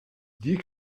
hier